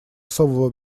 особого